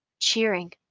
cheering